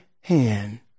hand